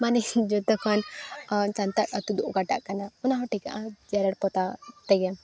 ᱢᱟᱱᱮ ᱡᱚᱛᱚᱠᱷᱚᱱ ᱥᱟᱱᱛᱟᱲ ᱟᱛᱳ ᱫᱚ ᱚᱠᱟᱴᱟᱜ ᱠᱟᱱᱟ ᱚᱱᱟ ᱦᱚᱸ ᱴᱷᱤᱠᱟᱹᱜᱼᱟ ᱡᱮᱨᱮᱲ ᱯᱚᱛᱟᱣ ᱛᱮᱜᱮ